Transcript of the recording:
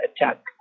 attack